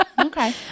Okay